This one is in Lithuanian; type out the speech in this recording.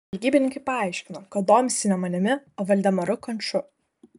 žvalgybininkai paaiškino kad domisi ne manimi o valdemaru kanču